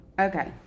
Okay